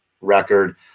record